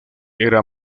era